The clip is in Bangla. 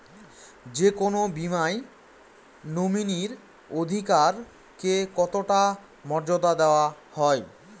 যে কোনো বীমায় নমিনীর অধিকার কে কতটা মর্যাদা দেওয়া হয়?